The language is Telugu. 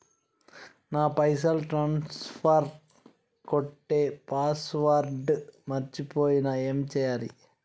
నా పైసల్ ట్రాన్స్ఫర్ కొట్టే పాస్వర్డ్ మర్చిపోయిన ఏం చేయాలి?